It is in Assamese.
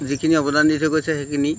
যিখিনি অৱদান দি থৈ গৈছে সেইখিনি